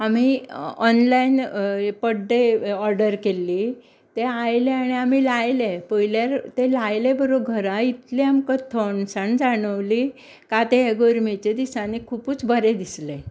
आमी ऑनलायन पड्डे ऑर्डर केल्ली ते आयले आनी आमी लायले पळयल्यार ते लायले बरोबर घरांत इतली आमकां थंडसाण जाणवली का ते गरमेचे दिसांनी खुबूच बरें दिसले